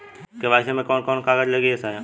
KYC मे कवन कवन कागज लगी ए साहब?